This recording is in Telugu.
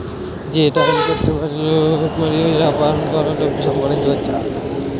జీతాలు పెట్టుబడులు మరియు యాపారం ద్వారా డబ్బు సంపాదించోచ్చు